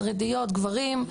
חרדיות וגברים,